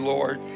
Lord